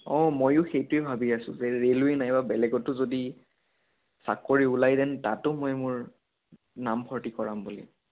অঁ মইও সেইটোৱে ভাবি আছোঁ যে ৰে'লৱে' নাইবা বেলেগতো যদি চাকৰি ওলায় ডেন তাতো মই মোৰ নাম ভৰ্তি কৰাম বুলি